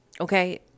okay